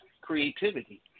creativity